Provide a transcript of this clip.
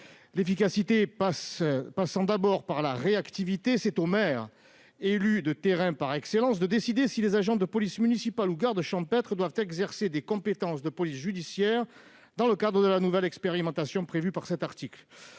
L'efficacité passant d'abord par la réactivité, c'est au maire, élu de terrain par excellence, de décider si les agents de police municipale ou gardes champêtres doivent exercer des compétences de police judiciaire dans le cadre de la nouvelle expérimentation prévue par cet article.